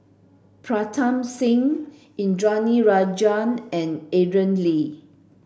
Pritam Singh Indranee Rajah and Aaron Lee